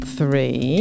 three